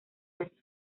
eso